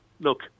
look